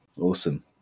awesome